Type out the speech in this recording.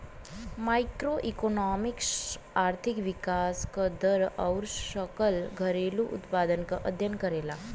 macroeconomics आर्थिक विकास क दर आउर सकल घरेलू उत्पाद क अध्ययन करला